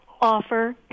offer